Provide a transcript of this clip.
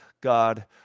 God